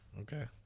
Okay